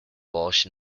walsh